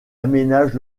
aménage